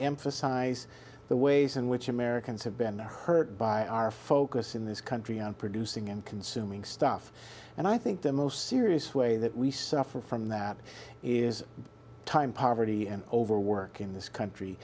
emphasize the ways in which americans have been hurt by our focus in this country on producing and consuming stuff and i think the most serious way that we suffer from that is time poverty and overwork in this country